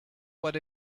what